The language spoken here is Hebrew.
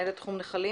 מנהלת תחום נחלים.